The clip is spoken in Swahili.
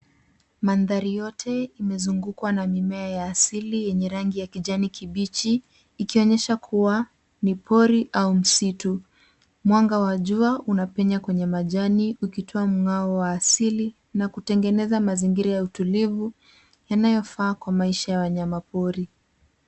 Mandari yote imezungukwa na mimea ya asili yenye rangi ya kijani kibichi ikionyesha kuwa ni pori au msitu. Mwanga wa jua unapenya kwenye majani ukitoa mng'ao wa asili na kutengeneza mazingira ya utulivu yanayo faa kwa maisha ya wanyama pori.